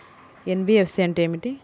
NBFC అంటే ఏమిటి?